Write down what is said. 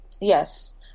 yes